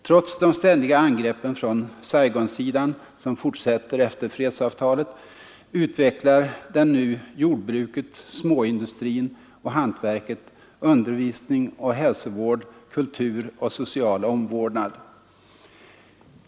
Trots de ständiga angreppen från Saigonsidan, som fortsätter efter fredsavtalet, utvecklar den nu jordbruket, småindustrin och hantverket, undervisning och hälsovård, kultur och social omvårdnad.